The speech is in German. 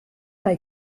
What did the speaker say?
bei